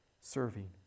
serving